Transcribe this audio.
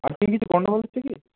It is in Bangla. আর্থিং এ কিছু গন্ডগোল হচ্ছে কি